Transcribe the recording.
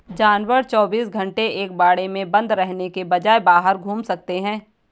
जानवर चौबीस घंटे एक बाड़े में बंद रहने के बजाय बाहर घूम सकते है